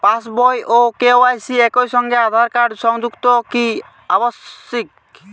পাশ বই ও কে.ওয়াই.সি একই সঙ্গে আঁধার কার্ড সংযুক্ত কি আবশিক?